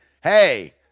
hey